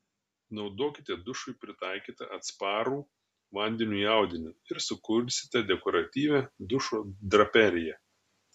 naudokite dušui pritaikytą atsparų vandeniui audinį ir sukursite dekoratyvią dušo draperiją